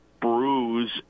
bruise